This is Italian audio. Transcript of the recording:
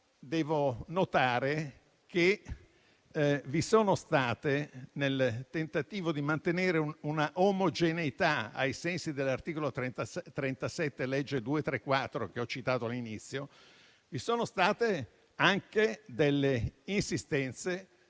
devo notare che vi sono state, nel tentativo di mantenere una omogeneità ai sensi dell'articolo 37 della legge n. 234 che ho citato all'inizio, delle insistenze